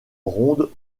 rondes